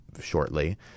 shortly